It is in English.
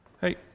Hey